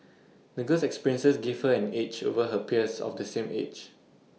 the girl's experiences gave her an edge over her peers of the same age